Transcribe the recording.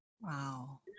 wow